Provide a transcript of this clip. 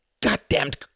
goddamned